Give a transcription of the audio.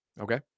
Okay